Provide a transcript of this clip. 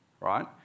right